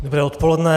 Dobré odpoledne.